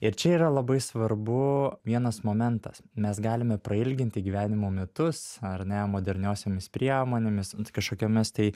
ir čia yra labai svarbu vienas momentas mes galime prailginti gyvenimo metus ar ne moderniausiomis priemonėmis kažkokiomis tai